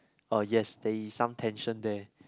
uh yes there is some tension there